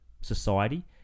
society